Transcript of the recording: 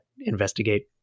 investigate